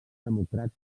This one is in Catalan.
democràtic